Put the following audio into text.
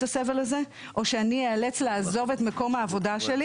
הסבל הזה או שאני איאלץ לעזוב את מקום העבודה שלי.